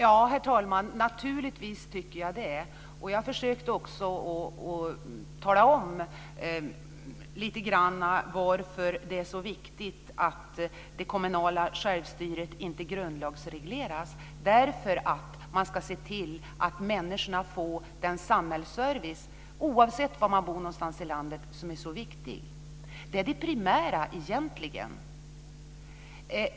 Herr talman! Naturligtvis tycker jag det. Jag försökte också tala om lite grann varför det är så viktigt att det kommunala självstyret inte grundlagsregleras. Man ska se till att människorna får den samhällsservice, oavsett var i landet de bor, som är så viktig. Det är egentligen det primära.